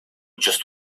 just